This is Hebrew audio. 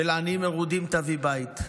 שלעניים מרודים תביא בית,